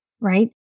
right